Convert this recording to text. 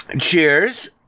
cheers